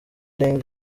deng